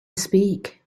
speak